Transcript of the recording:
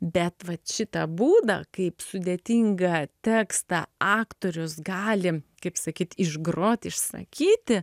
bet vat šitą būdą kaip sudėtingą tekstą aktorius gali kaip sakyt išgrot išsakyti